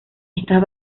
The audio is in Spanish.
estas